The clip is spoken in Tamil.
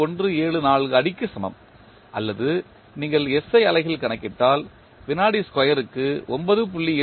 174 அடிக்கு சமம் அல்லது நீங்கள் SI அலகில் கணக்கிட்டால் வினாடி ஸ்கொயருக்கு 9